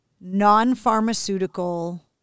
non-pharmaceutical